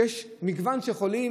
כשיש מגוון של חולים,